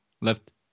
left